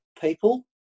people